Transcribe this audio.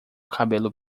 cabelo